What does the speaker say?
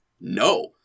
no